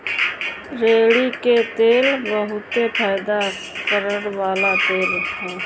रेड़ी के तेल बहुते फयदा करेवाला तेल ह